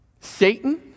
Satan